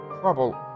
trouble